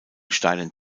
steilen